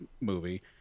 movie